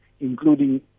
including